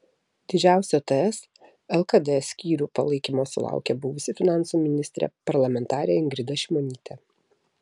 didžiausio ts lkd skyrių palaikymo sulaukė buvusi finansų ministrė parlamentarė ingrida šimonytė